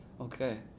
okay